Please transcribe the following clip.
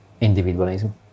individualism